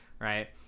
right